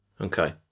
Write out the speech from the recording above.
okay